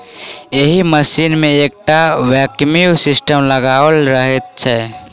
एहि मशीन मे एकटा वैक्यूम सिस्टम लगाओल रहैत छै